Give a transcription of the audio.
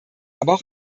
aber